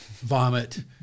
vomit